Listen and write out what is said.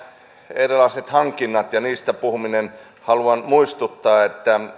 erilaiset hankinnat ja niistä puhuminen haluan muistuttaa että